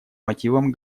мотивам